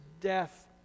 death